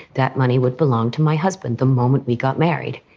that money would belong to my husband the moment we got married,